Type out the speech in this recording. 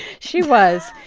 she was.